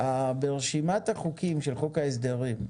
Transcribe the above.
ברשימת החוקים של חוק ההסדרים,